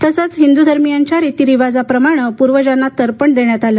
तसंच हिन्द्र धर्मियांच्या रितिरिवाजाप्रमाणे पूर्वजांना तर्पण देण्यात आले